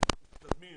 שאנחנו מתקדמים